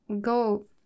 go